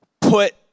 put